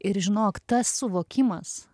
ir žinok tas suvokimas